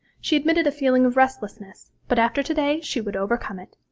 she admitted a feeling of restlessness, but after to-day she would overcome it.